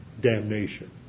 damnation